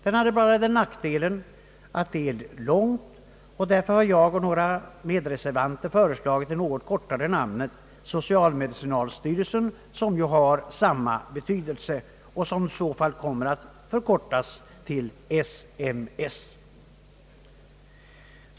Det har blott nackdelen att det är väl långt, och därför har jag och några medreservanter föreslagit det något kortare namnet social-medicinalstyrelsen, som har samma betydelse och som kan förkortas till SMS.